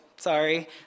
sorry